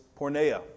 pornea